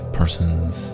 persons